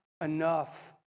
enough